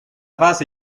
fase